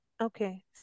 Okay